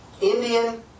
Indian